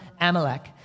Amalek